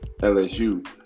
LSU